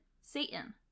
Satan